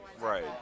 Right